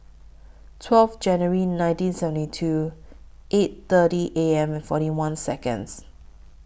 twelve January nineteen seventy two eight thirty A M and forty one Seconds